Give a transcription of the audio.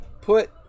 put